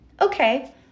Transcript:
okay